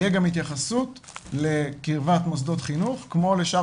תהיה גם התייחסות לקרבת מוסדות חינוך כמו לשאר